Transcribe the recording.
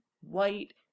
white